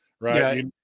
Right